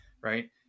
right